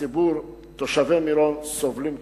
הציבור, תושבי מירון, סובלים קשות.